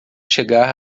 chegar